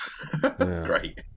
Great